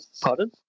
pardon